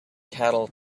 cattle